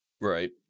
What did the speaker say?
right